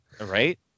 Right